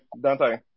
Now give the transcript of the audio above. Dante